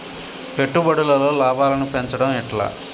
పెట్టుబడులలో లాభాలను పెంచడం ఎట్లా?